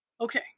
Okay